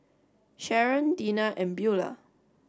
Sharon Deena and Beula